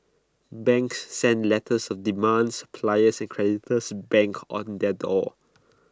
banks sent letters of demand suppliers and creditors banged on their door